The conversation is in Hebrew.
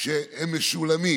כשהם משולמים,